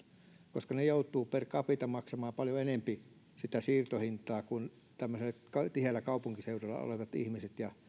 koska he joutuvat per capita maksamaan paljon enempi sitä siirtohintaa kuin tämmöisellä tiheällä kaupunkiseudulla olevat ihmiset ja